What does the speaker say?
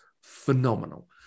phenomenal